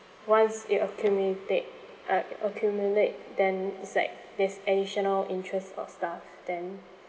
once it accumulate uh accumulate then it's like there's additional interest or stuff then